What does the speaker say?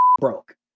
broke